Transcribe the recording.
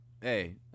Hey